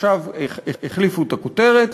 עכשיו החליפו את הכותרת,